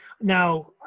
Now